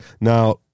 Now